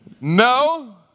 No